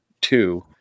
two